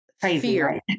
fear